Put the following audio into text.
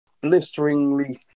blisteringly